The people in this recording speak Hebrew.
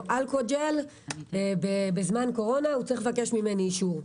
אלכוג'ל בזמן הקורונה הוא צריך לבקש ממני אישור.